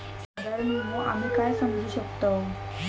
साधारण विमो आम्ही काय समजू शकतव?